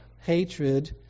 hatred